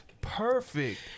perfect